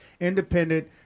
independent